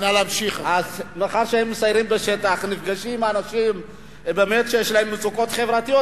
מאחר שהם מסיירים בשטח ונפגשים עם האנשים שיש להם באמת מצוקות חברתיות,